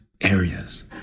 areas